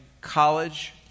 college